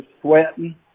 sweating